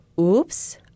Oops